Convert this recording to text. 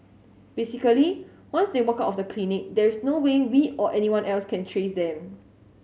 basically once they walk out of the clinic there is no way we or anyone else can trace them